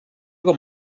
com